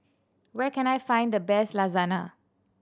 where can I find the best Lasagna